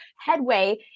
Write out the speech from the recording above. Headway